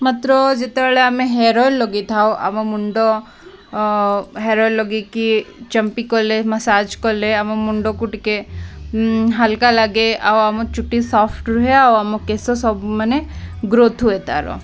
ମାତ୍ର ଯେତେବେଳେ ଆମେ ହେୟାର୍ ଅଏଲ୍ ଲଗାଇ ଥାଉ ଆମ ମୁଣ୍ଡ ହେୟାର୍ ଅଏଲ୍ ଲଗାଇକି ଚମ୍ପି କଲେ ମସାଜ୍ କଲେ ଆମ ମୁଣ୍ଡକୁ ଟିକେ ହାଲକା ଲାଗେ ଆଉ ଆମ ଚୁଟି ସଫ୍ଟ ରୁହେ ଆଉ ଆମ କେଶ ସବ ମାନେ ଗ୍ରୋଥ୍ ହୁଏ ତା'ର